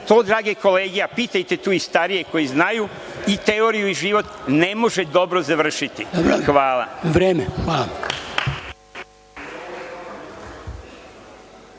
To, drage kolege, a pitajte tu i starije koji znaju i teoriju i život, ne može dobro završiti. Hvala. **Dragoljub